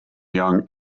young